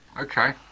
Okay